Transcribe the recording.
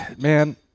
Man—